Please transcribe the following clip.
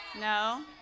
No